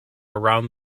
around